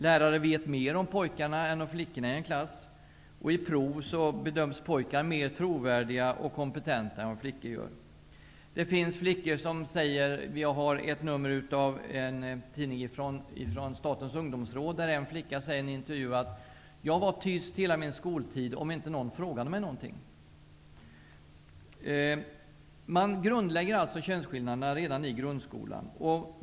Lärarna vet mer om pojkarna än om flickorna i en klass. I prov bedöms pojkar mer trovärdiga och kompetenta än flickor. Jag har ett nummer av en tidning från Statens ungdomsråd, där en flicka säger i en intervju: Jag var tyst hela min skoltid, om inte någon frågade mig om någonting. Redan i grundskolan grundläggs alltså könsskillnaderna.